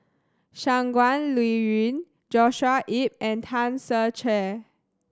Shangguan Liuyun Joshua Ip and Tan Ser Cher